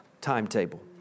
timetable